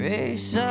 Race